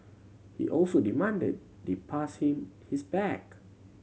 he also demanded they pass him his bag